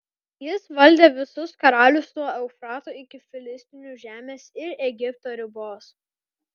jis valdė visus karalius nuo eufrato iki filistinų žemės ir egipto ribos